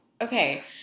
Okay